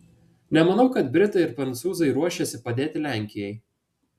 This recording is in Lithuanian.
nemanau kad britai ir prancūzai ruošiasi padėti lenkijai